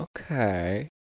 okay